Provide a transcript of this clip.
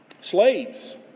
Slaves